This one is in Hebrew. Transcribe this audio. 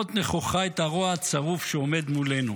לראות נכוחה את הרוע הצרוף שעומד מולנו?